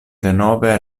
denove